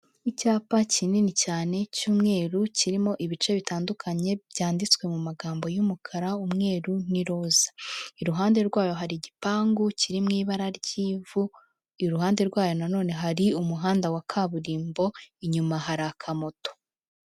Icyapa kinini cyane cy'umweru kirimo ibice bitandukanye byanditswe mu magambo y'umukara, umweru n'iroza, iruhande rwayo hari igipangu kiri mu ibara ry'ivu, iruhande rwayo nanone hari umuhanda wa kaburimbo, inyuma hari akamoto.